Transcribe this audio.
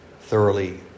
thoroughly